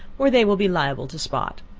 or they will be liable to spot.